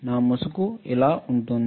నా ముసుగు ఇలా ఉంటుంది